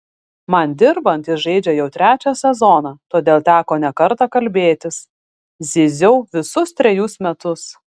man dirbant jis žaidžia jau trečią sezoną todėl teko ne kartą kalbėtis zyziau visus trejus metus